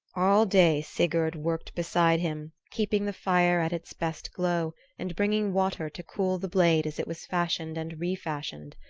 all day sigurd worked beside him keeping the fire at its best glow and bringing water to cool the blade as it was fashioned and refashioned.